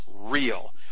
real